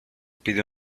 pide